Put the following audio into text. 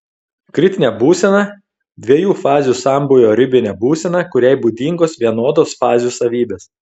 kritinė būsena dviejų fazių sambūvio ribinė būsena kuriai būdingos vienodos fazių savybės